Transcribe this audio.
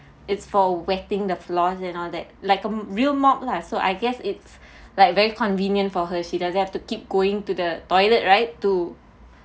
it's for wetting the floor and all that like a real mop lah so I guess it's like very convenient for her she doesn't have to keep going to the toilet right to